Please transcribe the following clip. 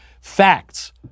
facts